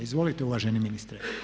Izvolite uvaženi ministre.